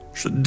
je